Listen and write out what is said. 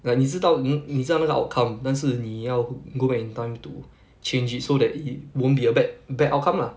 like 你知道你你知道那个 outcome 但是你要 go back in time to change it so that it won't be a bad bad outcome lah